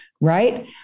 right